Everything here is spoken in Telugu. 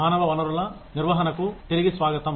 మానవ వనరుల నిర్వహణకు తిరిగి స్వాగతం